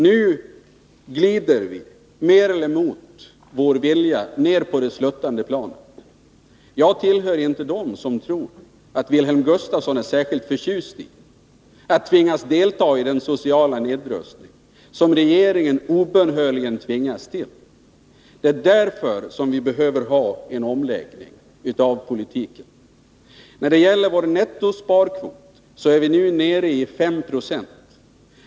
Vi glider nu mer eller mindre mot vår vilja ner på det sluttande planet. Jag tillhör inte dem som tror att Wilhelm Gustafsson är särskilt förtjust i att tvingas delta i den sociala nedrustning som regeringen obönhörligen tvingas till. Det är därför som vi behöver ha en omläggning av politiken. När det gäller vår nettosparkvot är vi nu nere i 5 26.